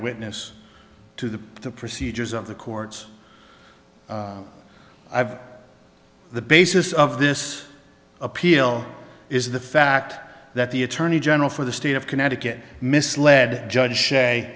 witness to the procedures of the courts i've the basis of this appeal is the fact that the attorney general for the state of connecticut misled judge say